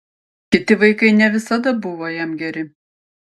kiti vaikai ne visada buvo jam geri